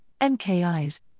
MKIs